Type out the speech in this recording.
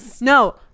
No